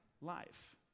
life